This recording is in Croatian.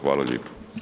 Hvala lijepo.